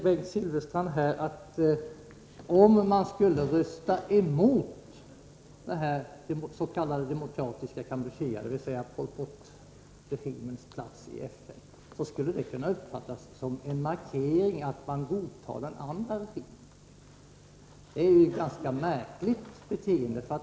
Bengt Silfverstrand säger att om man skulle rösta emot det s.k. Demokratiska Kampucheas, dvs. Pol Pots, plats i FN, skulle det kunna uppfattas som en markering att man godtar den andra regimen. Det är en ganska märklig inställning.